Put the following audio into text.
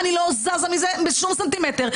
אני לא זזה מזה בשום סנטימטר,